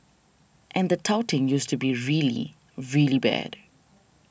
and the touting used to be really really bad